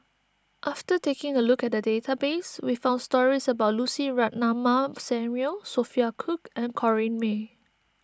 after taking a look at the database we found stories about Lucy Ratnammah Samuel Sophia Cooke and Corrinne May